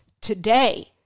today